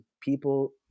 people